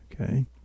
okay